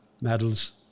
medals